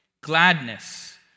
Gladness